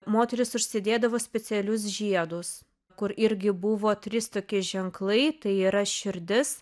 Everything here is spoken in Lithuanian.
moterys užsidėdavo specialius žiedus kur irgi buvo trys tokie ženklai tai yra širdis